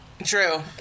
True